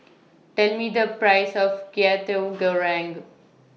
Tell Me The Price of Kwetiau Goreng